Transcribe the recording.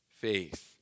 faith